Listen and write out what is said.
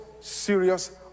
serious